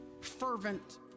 fervent